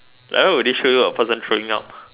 like why would they show you a person throwing up